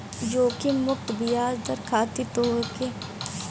जोखिम मुक्त बियाज दर खातिर तोहके सरकार जवन बांड जारी करत बिया उ खरीदे के चाही